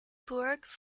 burg